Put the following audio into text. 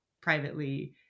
privately